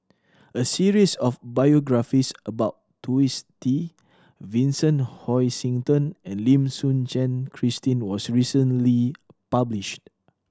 a series of biographies about Twisstii Vincent Hoisington and Lim Suchen Christine was recently published